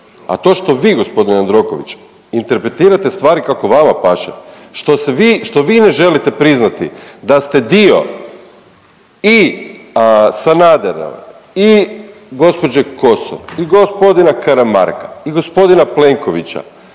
A to što vi gospodine Jandroković interpretirate stvari kako vama paše, što se vi, što vi ne želite priznati da ste dio i Sanadereve i gospođe Kosor i gospodina Karamarka i gospodina Plenkovića,